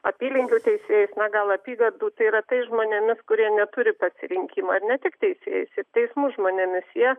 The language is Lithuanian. apylinkių teisėjais na gal apygardų tai yra tais žmonėmis kurie neturi pasirinkimo ne tik teisėjais ir teismų žmonėmis jie